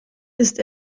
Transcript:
ist